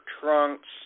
trunks